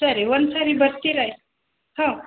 ಸರಿ ಒಂದ್ಸರ್ತಿ ಬರ್ತಿರಾ ಹಾಂ